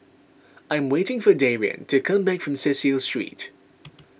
I'm waiting for Darian to come back from Cecil Street